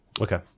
Okay